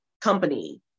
company